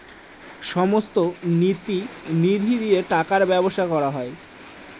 সমস্ত নীতি নিধি দিয়ে টাকার ব্যবসা করা হয়